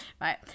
right